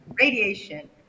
radiation